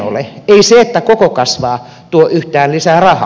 ei se että koko kasvaa tuo yhtään lisää rahaa